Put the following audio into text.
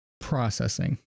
processing